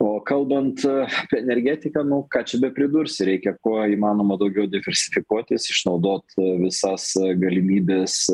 o kalbant apie energetiką nu ką čia bepridursi reikia kuo įmanoma daugiau diversifikuotis išnaudot visas galimybes